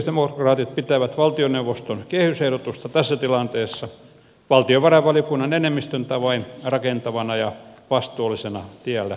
kristillisdemokraatit pitävät valtioneuvoston kehysehdotusta tässä tilanteessa valtiovarainvaliokunnan enemmistön tavoin rakentavana ja vastuullisena tienä eteenpäin